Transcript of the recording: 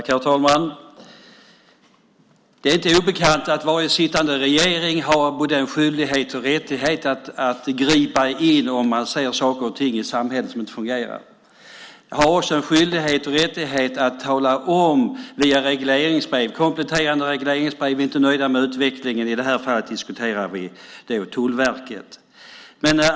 Herr talman! Det är inte obekant att varje sittande regering har både skyldighet och rättighet att gripa in om den ser saker och ting i samhället som inte fungerar. Den har också skyldighet och rättighet att via regleringsbrev och kompletterande regleringsbrev tala om att den inte är nöjd med utvecklingen av i detta fall Tullverket.